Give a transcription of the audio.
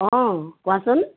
অঁ কোৱাচোন